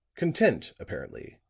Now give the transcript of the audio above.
content, apparently,